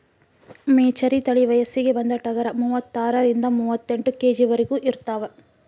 ಮೆಚರಿ ತಳಿ ವಯಸ್ಸಿಗೆ ಬಂದ ಟಗರ ಮೂವತ್ತಾರರಿಂದ ಮೂವತ್ತೆಂಟ ಕೆ.ಜಿ ವರೆಗು ಇರತಾವ